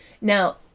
Now